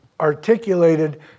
articulated